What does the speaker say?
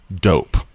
dope